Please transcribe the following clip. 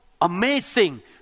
amazing